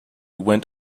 went